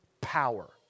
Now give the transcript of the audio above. power